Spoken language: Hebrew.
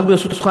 רק ברשותך,